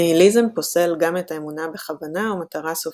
ניהיליזם פוסל גם את האמונה בכוונה או מטרה סופיים.